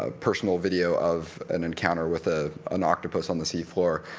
ah personal video of an encounter with ah an octopus on the seafloor.